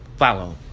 follow